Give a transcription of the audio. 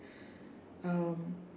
um